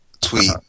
tweet